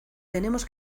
tenemos